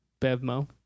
Bevmo